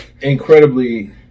incredibly